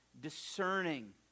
discerning